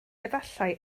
efallai